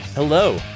Hello